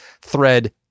thread